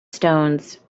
stones